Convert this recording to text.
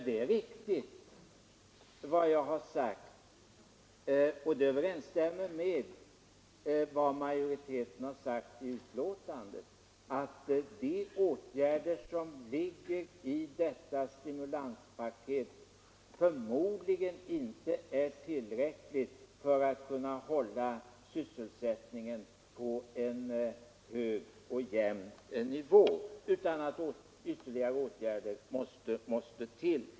Det är riktigt, och det överensstämmer med vad majoriteten har sagt i betänkandet, att de åtgärder som ligger i detta stimulanspaket förmodligen inte är tillräckliga för att kunna hålla sysselsättningen på en hög och jämn nivå utan att ytterligare åtgärder måste till.